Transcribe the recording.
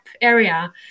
area